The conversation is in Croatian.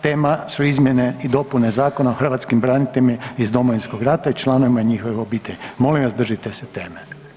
Tema su izmjene i dopune Zakona o hrvatskim braniteljima iz Domovinskog rata i članovima njihovih obitelji, molim vas držite se teme.